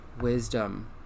wisdom